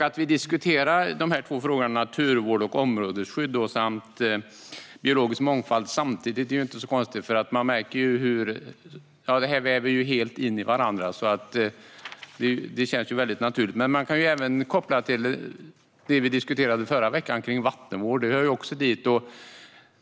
Att vi diskuterar de två frågorna naturvård och områdesskydd samt biologisk mångfald samtidigt är inte så konstigt. De går ju helt i varandra, så det känns naturligt. Förra veckan diskuterade vi vattenvård, och det hör också hit.